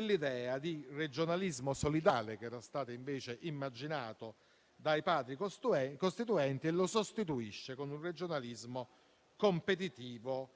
l'idea di regionalismo solidale che era stata invece immaginata dai Padri costituenti e la sostituisce con un regionalismo competitivo